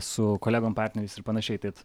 su kolegom partneriais ir panašiai tad